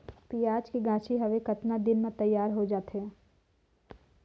पियाज के गाछी हवे कतना दिन म तैयार हों जा थे?